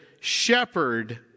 shepherd